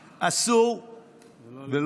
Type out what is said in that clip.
אדם.